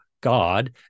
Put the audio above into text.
God